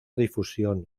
difusión